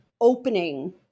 opening